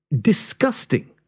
Disgusting